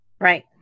right